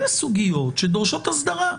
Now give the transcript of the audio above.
אלה סוגיות שדורשות הסדרה.